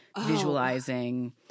visualizing